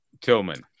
Tillman